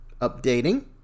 updating